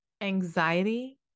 Anxiety